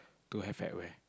don't have at where